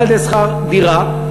גם על-ידי שכר דירה,